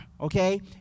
okay